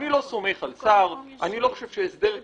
אני לא סומך על שר, אני לא חושב שהסדר כזה,